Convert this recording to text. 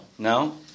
No